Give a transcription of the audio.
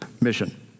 mission